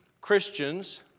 Christians